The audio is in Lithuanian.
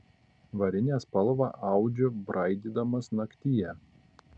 varinę spalvą audžiu braidydamas naktyje